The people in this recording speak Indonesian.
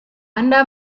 anda